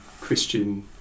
Christian